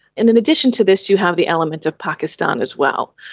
in in addition to this you have the element of pakistan as well.